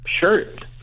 shirt